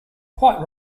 quite